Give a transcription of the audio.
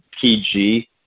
PG